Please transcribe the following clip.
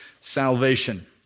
salvation